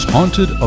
Haunted